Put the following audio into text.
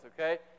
okay